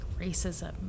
racism